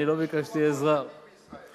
הנתון הכי חשוב, האבטלה.